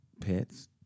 pets